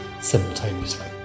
simultaneously